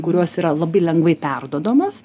kurios yra labai lengvai perduodamos